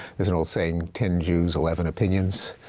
there's an old saying, ten jews, eleven opinions.